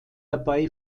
dabei